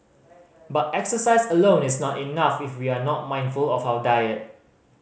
but exercise alone is not enough if we are not mindful of our diet